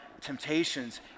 temptations